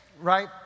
right